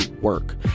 work